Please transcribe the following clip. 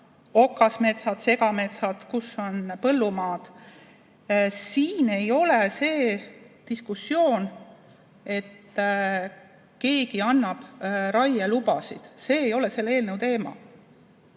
okasmetsad, segametsad, kus on põllumaad. Siin ei ole seda diskussiooni, et keegi annab raielubasid. See ei ole selle eelnõu teema.